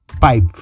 pipe